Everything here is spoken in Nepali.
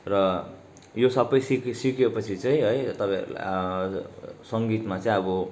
र यो सबै सिके सिकेपछि चाहिँ है तपाईँहरूलाई सङ्गीतमा चाहिँ अब